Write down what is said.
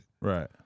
Right